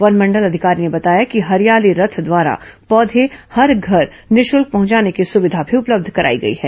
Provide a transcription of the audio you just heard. वनमंडल अधिकारी ने बताया कि हरियाली रथ द्वारा पौधे घर तक निःशुल्क पहंचाने की सुविधा भी उपलब्ध कराई गई है